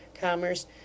commerce